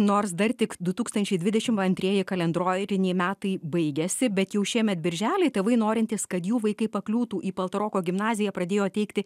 nors dar tik du tūkstančiai dvidešim antrieji kalendrodiriniai metai baigiasi bet jau šiemet birželį tėvai norintys kad jų vaikai pakliūtų į paltaroko gimnaziją pradėjo teikti